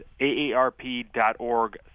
aarp.org